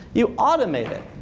you automate it.